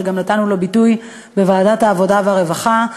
שנתנו לו ביטוי בוועדת העבודה והרווחה,